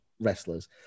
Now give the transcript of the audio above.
wrestlers